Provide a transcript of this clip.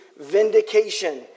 Vindication